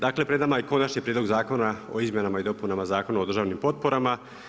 Dakle, pred nama je Konačni prijedlog zakona o izmjenama i dopunama Zakona o državnim potporama.